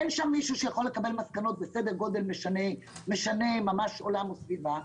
גם אין שם מישהו שיכול לקבל מסקנות בסדר גודל שמשנה ממש עולם וסביבה,